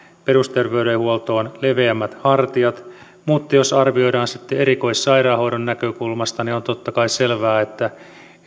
perusterveydenhuoltoon leveämmät hartiat mutta jos arvioidaan sitten erikoissairaanhoidon näkökulmasta niin on totta kai selvää että